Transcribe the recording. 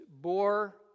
bore